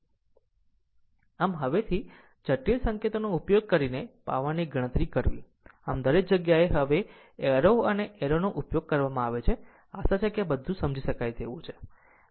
આમ હવેથી જટિલ સંકેતોનો ઉપયોગ કરીને પાવરની ગણતરી કરવી આમ દરેક જગ્યાએ હવે એરો અને એરોનો ઉપયોગ કરવામાં આવે છે આશા છે તે બધું જ સમજી શકાય તેવું છે